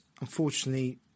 unfortunately